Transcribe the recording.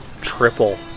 triple